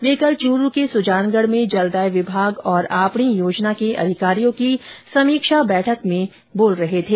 वे कल चूरू के सुजानगढ़ में जलदाय विभाग और आपणी योजना के अधिकारियों की समीक्षा बैठक ले रहे थे